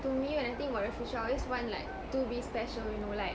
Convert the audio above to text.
to me when I think about the future I always want like to be special you know like